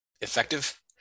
effective